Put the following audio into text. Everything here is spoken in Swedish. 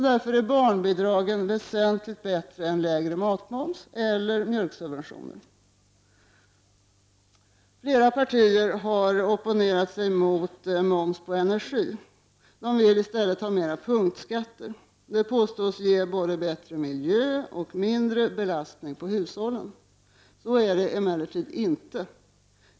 Därför är barnbidraget väsentligt bättre än lägre matmoms eller mjölksubventioner. Flera partier har opponerat sig mot moms på energi. De vill i stället ha mer punktskatter. Det påstås ge både bättre miljö och mindre belastning på hushållen. Så är det emellertid inte.